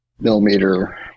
millimeter